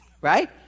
Right